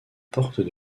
portes